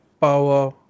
power